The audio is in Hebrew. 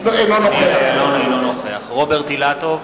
אינו נוכח רוברט אילטוב,